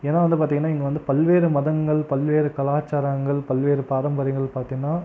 ஏன்னா வந்து பார்த்திங்கன்னா இங்கே வந்து பல்வேறு மதங்கள் பல்வேறு கலாச்சாரங்கள் பல்வேறு பாரம்பரியங்கள் பார்த்திங்கன்னா